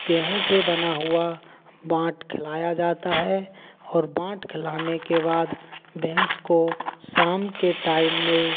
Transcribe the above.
गेहूँ से बना हुआ बाँट खिलाया जाता है और बाँट खिलाने के बाद भैंस को शाम के टाइम में